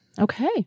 Okay